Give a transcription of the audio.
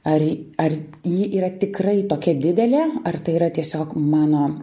ar ar ji yra tikrai tokia didelė ar tai yra tiesiog mano